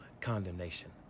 condemnation